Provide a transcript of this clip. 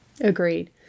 Agreed